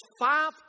five